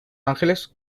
ángeles